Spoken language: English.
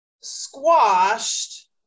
squashed